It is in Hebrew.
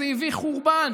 זה הביא חורבן.